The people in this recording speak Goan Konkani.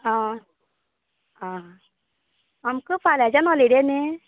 हय हा आमकां फाल्यांच्यान हॉलिडे न्ही